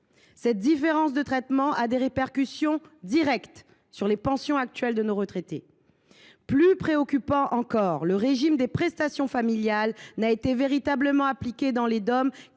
Cette différence de traitement a des répercussions directes sur les pensions actuelles de nos retraités. Plus préoccupant encore, le régime des prestations familiales n’a été véritablement appliqué dans les